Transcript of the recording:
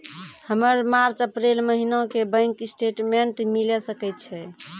हमर March April महीना के बैंक स्टेटमेंट मिले सकय छै?